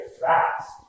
fast